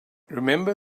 remember